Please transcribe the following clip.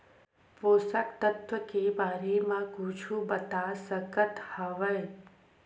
पोषक तत्व के बारे मा कुछु बता सकत हवय?